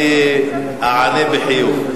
אני אענה בחיוב.